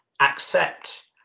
accept